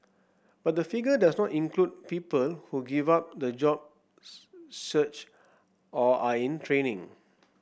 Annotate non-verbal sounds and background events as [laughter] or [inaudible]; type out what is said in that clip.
but the figure does not include people who give up the job [unintelligible] search or are in training